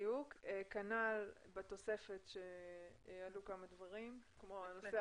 כנ"ל בתוספת בה עלו כמה דברים כמו הנושא